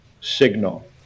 signal